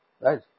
Right